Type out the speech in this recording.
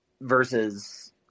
versus